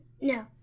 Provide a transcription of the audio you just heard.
No